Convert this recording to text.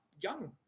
young